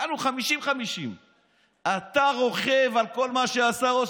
יענו 50-50. אתה רוכב על כל מה שעשה ראש